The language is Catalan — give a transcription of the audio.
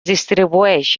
distribueix